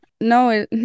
No